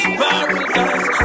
paradise